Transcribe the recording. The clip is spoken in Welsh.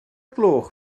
gloch